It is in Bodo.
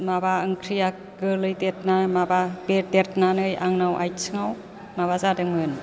माबा ओंख्रिया गोलैदेरना माबा बेरदेरनानै आंनाव आथिङाव माबा जादोंमोन